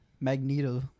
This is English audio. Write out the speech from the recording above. Magneto